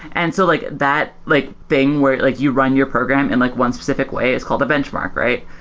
and so like that like thing where like you run your program in like one specific way is called a benchmark, right?